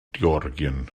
georgien